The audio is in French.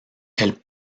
elle